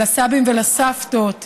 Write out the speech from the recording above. לסבים ולסבתות,